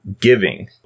giving